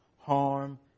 harm